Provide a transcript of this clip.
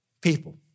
people